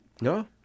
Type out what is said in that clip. no